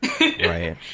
Right